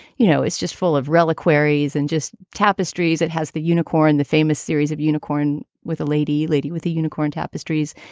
you know, it's just full of reliquary eyes and just tapestries. it has the unicorn, the famous series of unicorn with a lady, lady with a unicorn, tapestries.